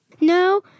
No